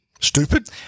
stupid